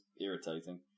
irritating